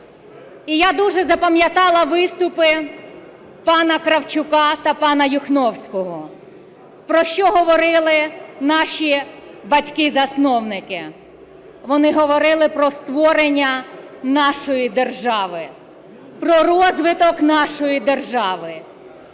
І я дуже запам'ятала виступи пана Кравчука та пана Юхновського. Про що говорили наші батьки-засновники? Вони говорили про створення нашої держави, про розвиток нашої держави.